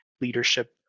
leadership